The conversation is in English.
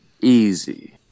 Easy